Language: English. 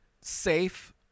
safe